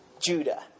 Judah